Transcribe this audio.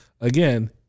again